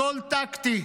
הכול טקטי.